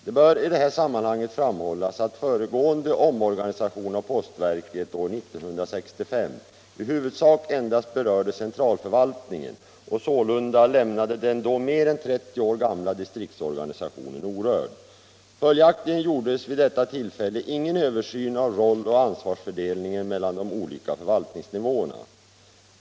Det bör i detta sammanhang framhållas att föregående omorganisation av postverket år 1965 i huvudsak endast berörde centralförvaltningen och sålunda lämnade den då mer än 30 år gamla distriktsorganisationen orörd. Följaktligen gjordes vid detta tillfälle ingen översyn av roll och ansvarsfördelningen mellan de olika förvaltningsnivåerna.